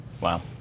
wow